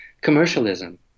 commercialism